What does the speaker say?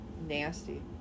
Nasty